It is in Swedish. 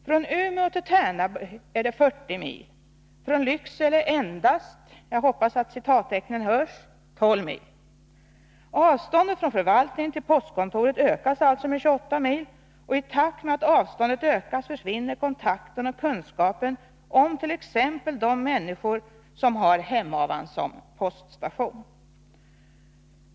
Från Umeå till Tärnaby är det 40 mil, från Lycksele ”endast” — jag hoppas citationstecknen hörs — 12 mil. Avståndet från förvaltningen till postkontoret ökas alltså med 28 mil, och i takt med att avståndet ökas försvinner kontakten och kunskapen om t.ex. de människor som har Hemavan som poststation.